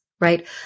right